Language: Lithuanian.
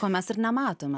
ko mes ir nematome